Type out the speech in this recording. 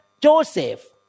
Joseph